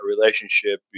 relationship